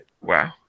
Wow